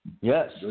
Yes